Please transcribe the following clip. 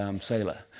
sailor